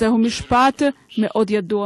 זהו משפט מאוד ידוע.